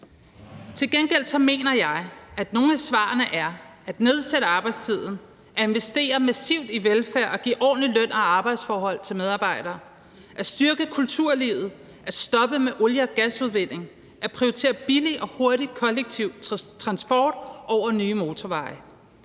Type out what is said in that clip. Til gengæld mener jeg, at nogle af svarene er at nedsætte arbejdstiden, at investere massivt i velfærd og at give ordentlige løn- og arbejdsforhold til medarbejdere, at styrke kulturlivet, at stoppe med olie- og gasudvinding, at prioritere billig og hurtig kollektiv transport over nye motorveje,